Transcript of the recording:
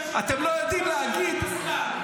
אתם עובדים בצורה יעילה כל כך ברמה מביכה.